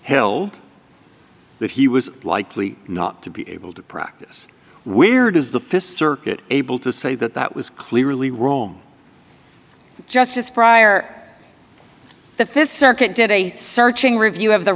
held that he was likely not to be able to practice where does the fist circuit able to say that that was clearly rome justice prior to the th circuit did a searching review of the